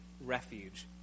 refuge